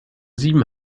sieben